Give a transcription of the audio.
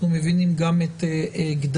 אנחנו מבינים גם את גדריה,